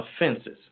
offenses